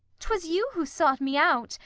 twas you who sought me out,